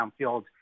downfield